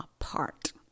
apart